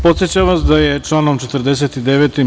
Podsećam vas da je članom 49.